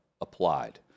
applied